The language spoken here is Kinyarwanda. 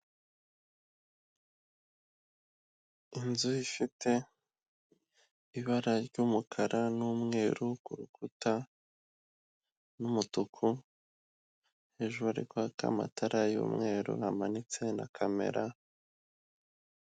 Inzu ifite ibara ry'umukara n'umweru ku rukuta n'umutuku hejuru hari kwaka amatara y'umweru hamanitse na kamera.